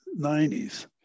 90s